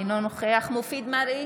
אינו נוכח מופיד מרעי,